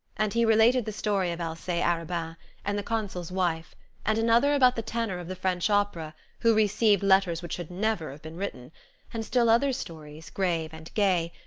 and he related the story of alcee arobin and the consul's wife and another about the tenor of the french opera, who received letters which should never have been written and still other stories, grave and gay,